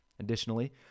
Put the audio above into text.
Additionally